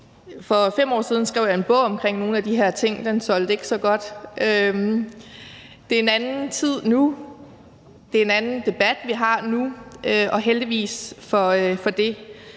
For 5 år siden skrev jeg en bog om nogle af de her ting; den solgte ikke så godt. Det er en anden tid nu, det er en anden debat, vi har nu, og heldigvis for det.